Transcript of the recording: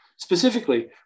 Specifically